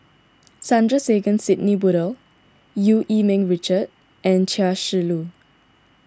Sandrasegaran Sidney Woodhull Eu Yee Ming Richard and Chia Shi Lu